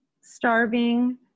starving